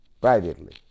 privately